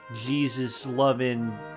Jesus-loving